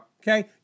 Okay